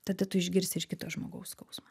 tada tu išgirsi ir kito žmogaus skausmą